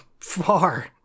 far